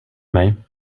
mig